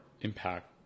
impact